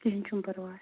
کِہیٖنٛۍ چھُنہٕ پرواے